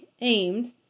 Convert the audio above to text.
aimed